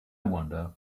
wonder